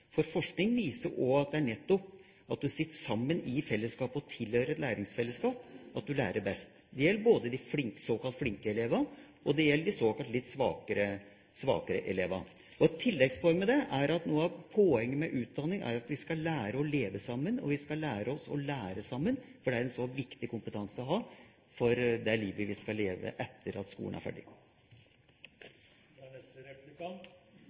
For forskning viser at det nettopp er ved å sitte sammen i fellesskap og tilhøre et læringsfellesskap at man lærer best. Det gjelder de såkalt flinke elevene, og det gjelder de såkalt litt svakere elevene. Et tilleggspoeng her er at noe av poenget med utdanning er at vi skal lære å leve sammen, og vi skal lære oss å lære sammen, for det er en viktig kompetanse å ha for det livet vi skal leve etter at skolen er